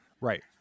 Right